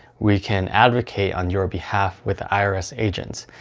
we can advocate on your behalf with the irs agent.